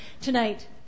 tonight